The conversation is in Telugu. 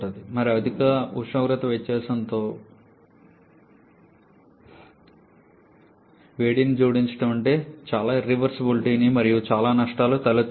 మరియు అధిక ఉష్ణోగ్రత వ్యత్యాసంతో వేడిని జోడించడం అంటే చాలా ఇర్రివర్సబులిటీ మరియు చాలా నష్టాలు తలెత్తుతాయి